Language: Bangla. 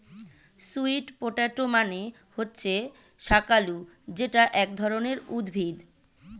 সুইট পটেটো মানে হচ্ছে শাকালু যেটা এক ধরনের উদ্ভিদ